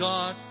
God